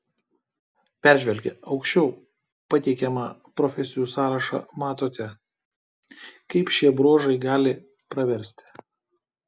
peržvelgę aukščiau pateikiamą profesijų sąrašą matote kaip šie bruožai gali praversti